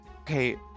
Okay